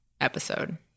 episode